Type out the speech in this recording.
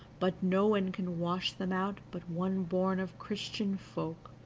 but no one can wash them out but one born of christian folk